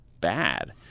bad